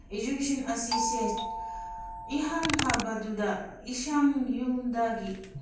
education ꯑꯁꯤꯁꯦ ꯏꯍꯥꯟ ꯍꯥꯟꯕꯗꯨꯗ ꯏꯁꯥ ꯌꯨꯝꯗꯒꯤ